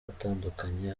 atandukanye